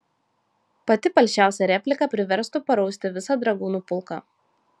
pati palšiausia replika priverstų parausti visą dragūnų pulką